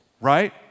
right